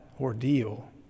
ordeal